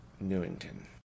Newington